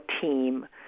team